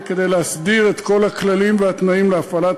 כדי להסדיר את כל הכללים והתנאים להפעלת